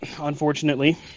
unfortunately